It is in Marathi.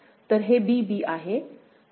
तर हे b bआहे